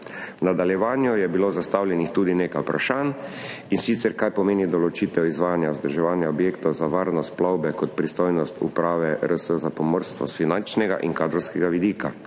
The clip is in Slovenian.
nadaljevanju je bilo zastavljenih tudi nekaj vprašanj, in sicer kaj pomeni določitev izvajanja vzdrževanja objektov za varnost plovbe kot pristojnost Uprave RS za pomorstvo s finančnega in kadrovskega vidika,